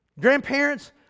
Grandparents